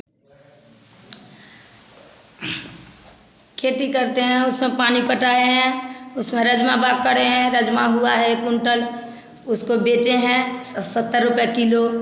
खेती करते हैं उसमें पानी पटा है उसमें राजमा बाग करें हैं राजमा हुआ है एक कुंटल उसको बेचे हैं सत्तर रूपये किलो